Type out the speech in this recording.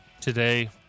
Today